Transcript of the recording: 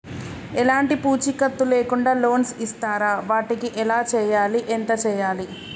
ఎలాంటి పూచీకత్తు లేకుండా లోన్స్ ఇస్తారా వాటికి ఎలా చేయాలి ఎంత చేయాలి?